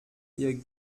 ihr